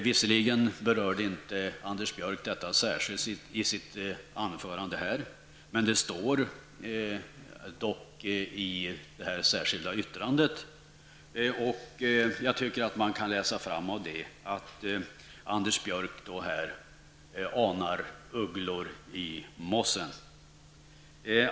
Visserligen berörde inte Anders Björck detta i sitt anförande här, men det står dock i det särskilda yttrandet, och där tycker jag att man kan läsa fram att Anders Björck anar ugglor i mossen.